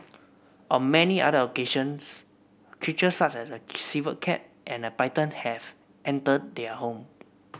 on many other occasions creatures such as a civet cat and a python have entered their home